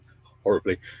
horribly